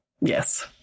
Yes